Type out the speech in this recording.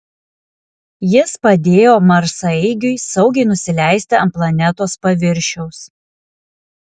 jis padėjo marsaeigiui saugiai nusileisti ant planetos paviršiaus